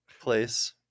place